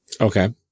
okay